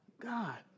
God